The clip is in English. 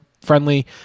friendly